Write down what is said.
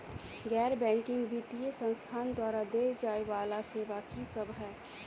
गैर बैंकिंग वित्तीय संस्थान द्वारा देय जाए वला सेवा की सब है?